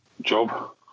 job